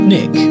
Nick